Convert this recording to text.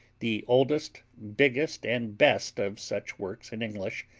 the oldest, biggest and best of such works in english,